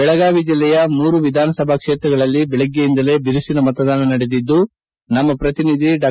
ಬೆಳಗಾವಿ ಜಿಲ್ಲೆಯ ಮೂರು ವಿಧಾನಸಭಾ ಕ್ಷೇತ್ರಗಳಲ್ಲಿ ಬೆಳಗ್ಗೆಯಿಂದಲೇ ಬಿರುಸಿನ ಮತದಾನ ನಡೆದಿದ್ದು ನಮ್ಮ ಪ್ರತಿನಿಧಿ ಡಾ